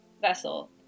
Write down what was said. vessel